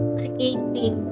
creating